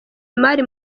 imari